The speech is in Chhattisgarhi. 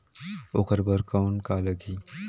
ओकर बर कौन का लगी?